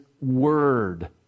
word